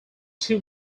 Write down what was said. two